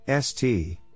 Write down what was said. ST